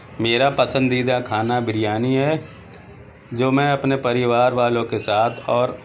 میرا پسندیدہ کھانا بریانی ہے جو میں اپنے پریوار والوں کے ساتھ اور